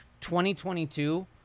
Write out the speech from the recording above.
2022